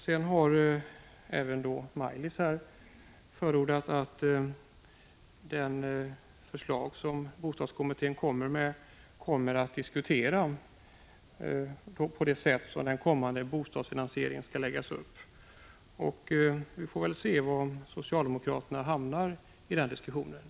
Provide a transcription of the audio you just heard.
Maj-Lis Landberg har vidare förutskickat att bostadskommittén håller på att diskutera förslaget hur den framtida bostadsfinansieringen skall läggas upp. Vi får väl se var socialdemokraterna hamnar i den diskussionen.